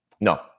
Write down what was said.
No